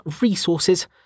resources